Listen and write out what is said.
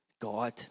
God